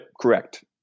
correct